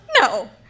No